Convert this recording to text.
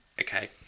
Okay